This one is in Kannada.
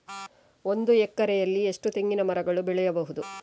ಒಂದು ಎಕರೆಯಲ್ಲಿ ಎಷ್ಟು ತೆಂಗಿನಮರಗಳು ಬೆಳೆಯಬಹುದು?